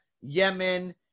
Yemen